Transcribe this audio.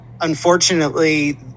unfortunately